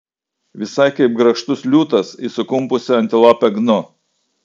visai kaip grakštus liūtas į sukumpusią antilopę gnu